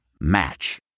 Match